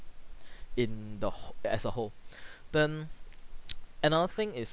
in the wh~ as a whole then another thing is